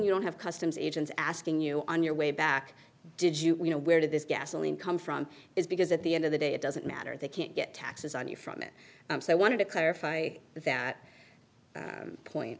you don't have customs agents asking you on your way back did you know where did this gasoline come from is because at the end of the day it doesn't matter they can't get taxes on you from it so i wanted to clarify that